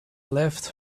left